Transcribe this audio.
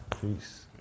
Peace